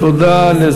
אז בשמחה רבה.